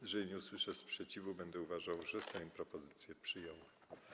Jeżeli nie usłyszę sprzeciwu, będę uważał, że Sejm propozycje przyjął.